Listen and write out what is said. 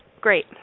Great